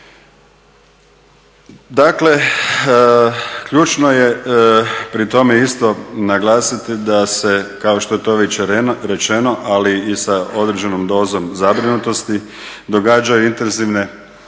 Dakle ključno je pri tome naglasiti da se kao što je već rečeno ali i sa određenom dozom zabrinutosti događaju intenzivne